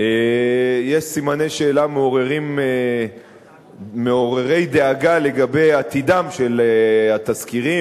יש סימני שאלה מעוררי דאגה לגבי עתידם של התסקירים,